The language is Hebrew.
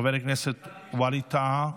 חבר הכנסת ווליד טאהא,